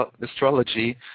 astrology